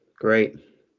great